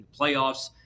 playoffs